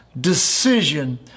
decision